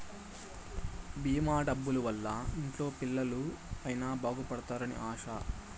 భీమా డబ్బుల వల్ల ఇంట్లో పిల్లలు అయిన బాగుపడుతారు అని ఆశ